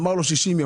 אמר לו: 60 יום.